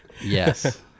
Yes